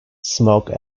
smoke